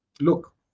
Look